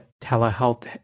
telehealth